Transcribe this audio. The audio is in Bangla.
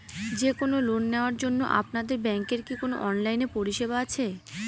যে কোন লোন নেওয়ার জন্য আপনাদের ব্যাঙ্কের কি কোন অনলাইনে পরিষেবা আছে?